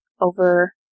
over